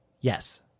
yes